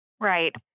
Right